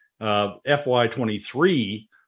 FY23